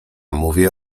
mówię